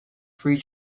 free